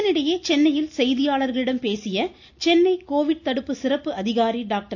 இதனிடையே சென்னையில் செய்தியாளரிடம் பேசிய சென்னை கோவிட் தடுப்பு சிறப்பு அதிகாரி டாக்டர்